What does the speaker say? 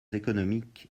économiques